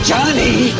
Johnny